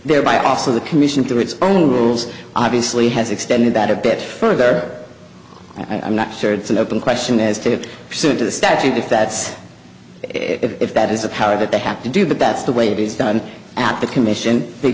thereby also the commission to its own rules obviously has extended that a bit further i'm not sure it's an open question as to pursuant to the statute if that if that is the power that they have to do but that's the way it is done at the commission